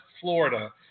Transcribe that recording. Florida